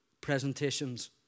presentations